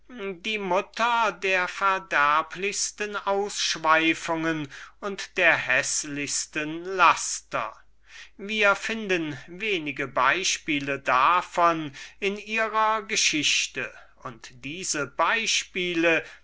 die mutter der verderblichsten ausschweifungen und der häßlichsten laster wir finden wenige beispiele davon in ihrer geschichte und diese beispiele